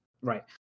Right